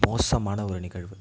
மோசமான ஒரு நிகழ்வு